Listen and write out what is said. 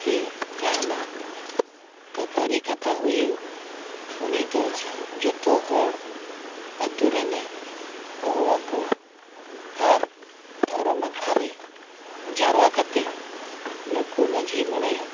ᱥᱮ ᱡᱟᱦᱟᱱᱟᱜ ᱠᱷᱟᱹᱯᱟᱹᱨᱤ ᱠᱟᱛᱷᱟ ᱦᱩᱭᱩᱜ ᱩᱱᱤ ᱫᱚ ᱡᱚᱛᱚ ᱦᱚᱲ ᱟᱛᱳᱨᱮᱱᱮ ᱦᱚᱦᱚ ᱟᱠᱚᱣᱟ ᱟᱨ ᱫᱷᱚᱨᱚᱢ ᱟᱠᱷᱲᱟ ᱨᱮ ᱡᱟᱨᱣᱟ ᱠᱟᱛᱮᱫ ᱱᱩᱠᱩ ᱢᱟᱺᱡᱷᱤ ᱢᱚᱬᱮ